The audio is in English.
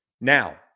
Now